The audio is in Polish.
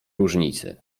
różnicy